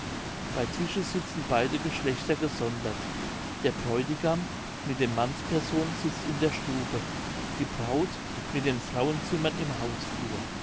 bei tische sitzen beide geschlechter gesondert der bräutigam mit den mannspersonen sitzt in der stube die braut mit den frauenzimmern im hausflur